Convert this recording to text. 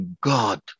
God